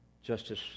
Justice